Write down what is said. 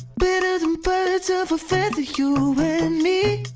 better than birds ah of a feather you and me